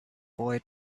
boy